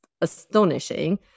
astonishing